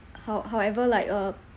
how~ however like uh